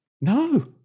No